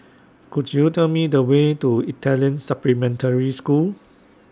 Could YOU Tell Me The Way to Italian Supplementary School